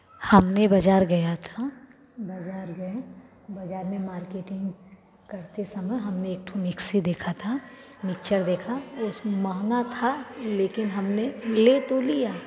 हमने बाजार गया था बाजार में मार्केटिंग करते समय हम एक ठो मिक्सी देखा था मिक्सचर देखा महँगा था लेकिन हमने ले तो लिया